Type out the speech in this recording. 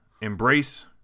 Embrace